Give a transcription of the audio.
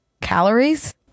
Calories